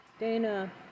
Dana